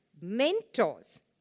mentors